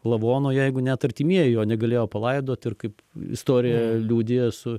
lavono jeigu net artimieji jo negalėjo palaidot ir kaip istorija liudija su